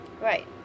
right